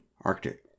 Arctic